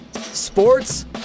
sports